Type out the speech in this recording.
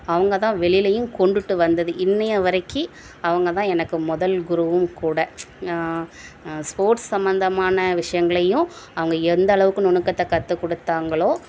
அவங்க தான் வெளிலையும் கொண்டுகிட்டு வந்தது இன்றைய வரைக்கும் அவங்க தான் எனக்கு முதல் குருவும் கூட ஸ்போர்ட்ஸ் சம்பந்தமான விஷயங்களையும் அவங்க எந்த அளவுக்கு நுணுக்கத்தை கற்றுக் கொடுத்தாங்களோ